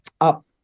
up